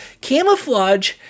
Camouflage